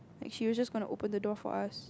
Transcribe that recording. like she was just gonna open the door for us